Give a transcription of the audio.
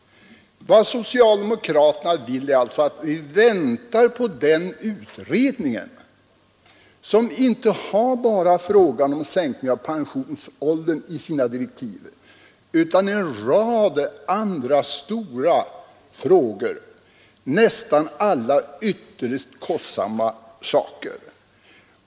Socialdemokraterna vill vänta på den utredningen, som enligt sina direktiv skall behandla inte bara frågan om sänkning av pensionsåldern utan även en rad andra stora frågor — nästan alla ytterligt kostsamma.